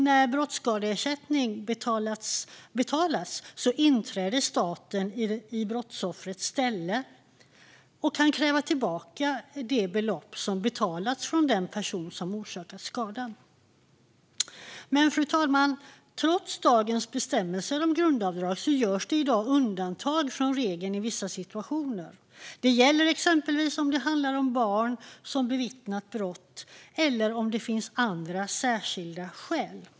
När brottsskadeersättning betalats inträder staten i brottsoffrets ställe och kan kräva tillbaka det utbetalade beloppet från den person som orsakat skadan. Fru talman! Trots dagens bestämmelser om grundavdrag görs det i dag undantag från regeln i vissa situationer. Det gäller exempelvis om det handlar om barn som bevittnat brott eller om det finns andra särskilda skäl.